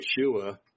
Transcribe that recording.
yeshua